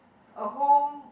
a home